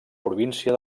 província